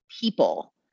people